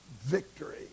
victory